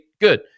good